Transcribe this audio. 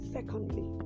Secondly